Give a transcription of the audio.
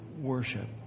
worship